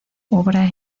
obra